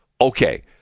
Okay